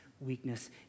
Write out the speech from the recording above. weakness